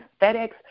FedEx